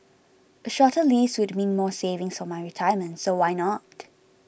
a shorter lease would mean more savings for my retirement so why not